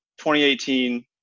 2018